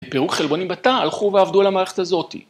בפירוק חלבונים בתא הלכו ועבדו על המערכת הזאת.